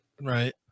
Right